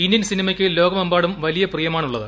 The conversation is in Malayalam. ഇന്ത്യൻ സിനിമയ്ക്ക് ലോകമെമ്പാടും വലിയ പ്രിയമാണൂളളത്